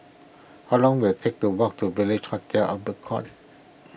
how long will it take to walk to Village Hotel Albert Court